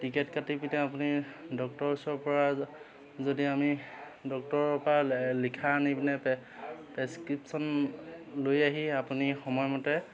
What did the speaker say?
ticket কাটি পিনে আপুনি ডক্তৰৰ ওচৰৰ পৰা যদি আমি ডক্তৰৰ পৰা লিখা আনি পিনে পে প্ৰেছক্ৰিপশ্যন লৈ আহি আপুনি সময়মতে